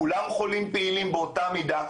כולם חולים פעילים באותה מידה,